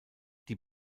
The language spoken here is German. die